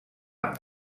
amb